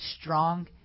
strong